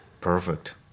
Perfect